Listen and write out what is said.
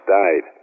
died